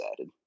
added